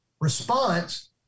response